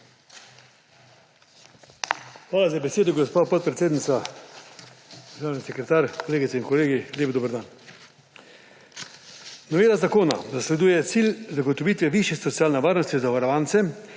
Hvala za besedo, gospa podpredsednica. Državni sekretar, kolegice in kolegi, lep dober dan! Novela zakona zasleduje cilj zagotovitve višje socialne varnosti zavarovancem,